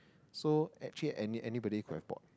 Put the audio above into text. so actually any anybody could report